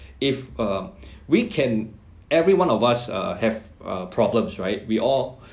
if uh we can every one of us uh have uh problems right we all